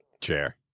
Chair